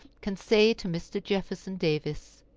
can say to mr. jefferson davis,